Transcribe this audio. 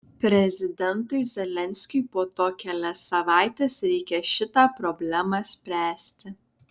prezidentui zelenskiui po to kelias savaites reikia šitą problemą spręsti